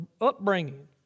upbringing